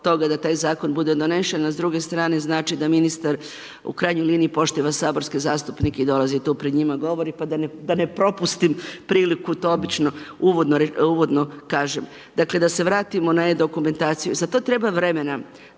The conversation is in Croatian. toga da taj Zakon bude donesen, a s druge strane znači da ministar u krajnjoj liniji poštiva saborske zastupnike i dolazi tu pred njima govori, pa da ne propustim priliku, to obično uvodno kažem. Dakle, da se vratimo na e-dokumentaciju. Za to treba vremena.